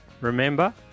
Remember